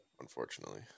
unfortunately